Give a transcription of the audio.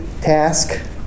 task